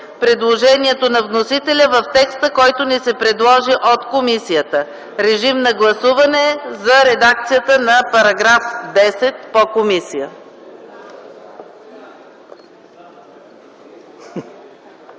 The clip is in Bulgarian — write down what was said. предложението на вносителя в текста, който ни се предложи от комисията. Режим на гласуване за § 10 в редакция на комисията.